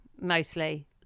mostly